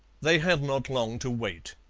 they had not long to wait.